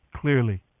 clearly